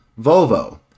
Volvo